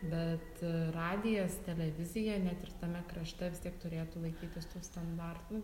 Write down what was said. bet radijas televizija net ir tame krašte vis tiek turėtų laikytis tų standartų